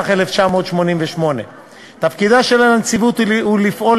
התשמ"ח 1988. תפקידה של הנציבות הוא לפעול